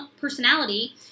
personality